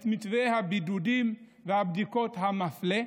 את מתווה הבידודים והבדיקות המפלה,